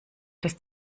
dass